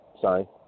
Sorry